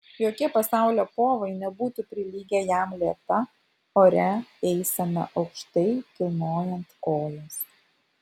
jokie pasaulio povai nebūtų prilygę jam lėta oria eisena aukštai kilnojant kojas